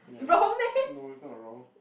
ya no is not wrong